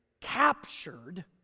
captured